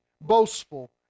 boastful